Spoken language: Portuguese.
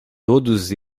todos